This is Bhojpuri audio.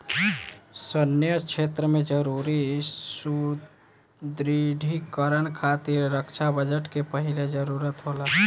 सैन्य क्षेत्र में जरूरी सुदृढ़ीकरन खातिर रक्षा बजट के पहिले जरूरत होला